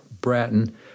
Bratton